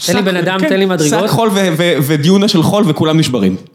תן לי בן אדם, תן לי מדריגות. שק חול ודיונה של חול וכולם נשברים.